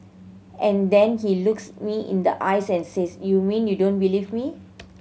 and then he looks me in the eyes and says you mean you don't believe me